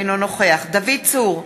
אינו נוכח דוד צור,